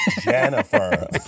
Jennifer